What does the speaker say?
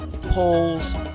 polls